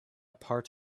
part